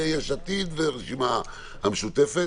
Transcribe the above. יש עתיד והרשימה המשותפת.